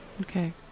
Okay